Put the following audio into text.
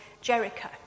Jericho